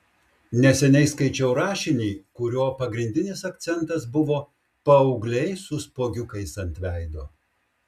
neseniai skaičiau rašinį kurio pagrindinis akcentas buvo paaugliai su spuogiukais ant veido